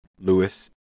Lewis